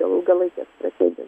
ilgalaikės strategijos